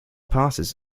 passes